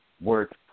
work